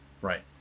Right